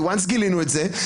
כי ברגע שגילינו את זה,